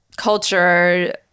culture